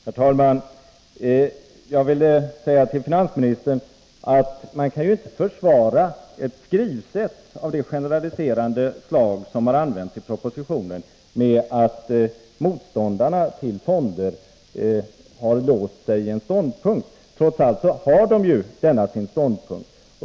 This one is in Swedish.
Herr talman! Jag vill säga till finansministern att man ju inte kan försvara ett skrivsätt av det generaliserande slag som har använts i propositionen med att motståndarna till fonder har låst sig vid en ståndpunkt. Trots allt har de denna sin ståndpunkt.